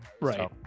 Right